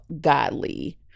godly